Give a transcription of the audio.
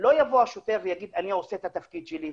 שלא יבוא השוטר ויגיד: אני עושה את התפקיד שלי,